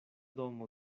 domo